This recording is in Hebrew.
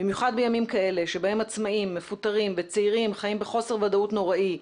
במיוחד בימים כאלה שבהם עצמאים מפוטרים וצעירים חיים בחוסר ודאות נוראי,